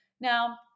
Now